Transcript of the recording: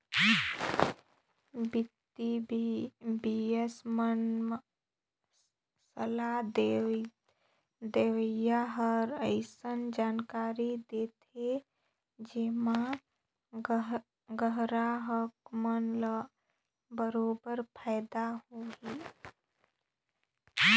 बित्तीय बिसय मन म सलाह देवइया हर अइसन जानकारी देथे जेम्हा गराहक मन ल बरोबर फायदा होही